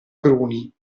cruni